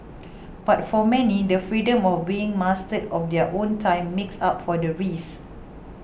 but for many the freedom of being master of their own time makes up for the risks